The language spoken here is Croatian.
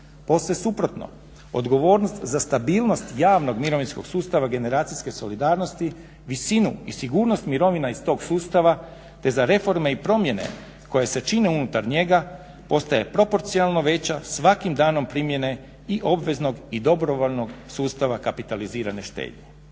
Posve suprotno, odgovornost za stabilnost javnog mirovinskog sustava generacijske solidarnosti, visinu i sigurnost mirovina iz tog sustava, te za reforme i promjene koje se čine unutar njega postaje proporcionalno veća svakim danom primjene i obveznog i dobrovoljnog sustava kapitalizirane štednje.